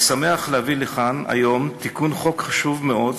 אני שמח להביא לכאן היום תיקון חשוב מאוד